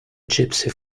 gypsy